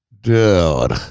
dude